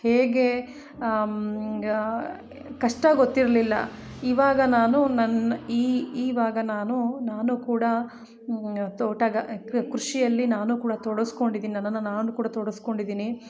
ಹೇಗೆ ಕಷ್ಟ ಗೊತ್ತಿರಲಿಲ್ಲ ಇವಾಗ ನಾನು ನನ್ನ ಈವಾಗ ನಾನು ನಾನು ಕೂಡ ತೋಟಕ್ಕೆ ಕೃಷಿಯಲ್ಲಿ ನಾನು ಕೂಡ ತೊಡಗಿಸ್ಕೊಂಡಿದ್ದೀನಿ ನನ್ನನ್ನು ನಾನು ಕೂಡ ತೊಡಗಿಸ್ಕೊಂಡಿದ್ದೀನಿ